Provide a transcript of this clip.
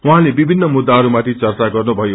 उहाँले विभिन्न मुद्दाहरूमाथि चर्चा गर्नुभयो